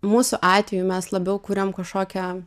mūsų atveju mes labiau kuriam kažkokią